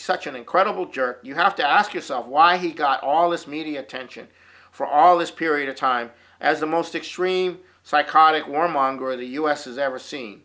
such an incredible jerk you have to ask yourself why he got all this media attention for all this period of time as the most extreme psychotic warmonger the u s has ever seen